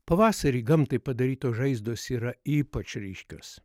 pavasarį gamtai padarytos žaizdos yra ypač ryškios